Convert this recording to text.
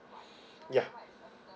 yeah